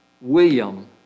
William